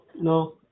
no